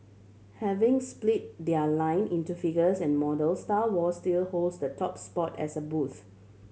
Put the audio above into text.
having split their line into figures and models Star Wars still holds the top spot as a booth